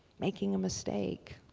making a mistake,